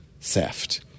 theft